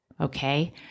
Okay